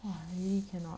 !wah! really cannot